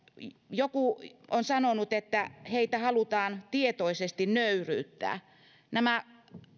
joku on sanonut että heitä halutaan tietoisesti nöyryyttää nämä